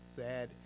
sad